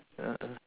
mm mm